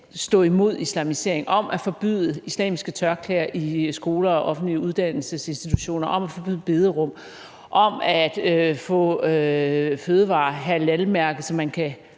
stå imod islamisering, om at forbyde islamiske tørklæder i skoler og på offentlige uddannelsesinstitutioner, om at forbyde bederum, om at få fødevarer halalmærket, så man kan